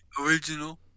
original